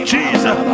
Jesus